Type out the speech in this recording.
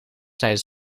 tijdens